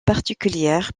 particulières